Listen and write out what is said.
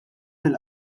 fil